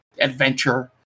adventure